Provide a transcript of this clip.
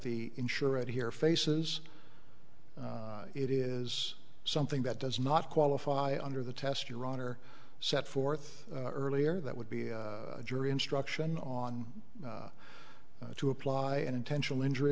the insurer here faces it is something that does not qualify under the test your honor set forth earlier that would be a jury instruction on how to apply an intentional injury